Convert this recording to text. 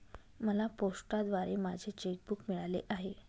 मला पोस्टाद्वारे माझे चेक बूक मिळाले आहे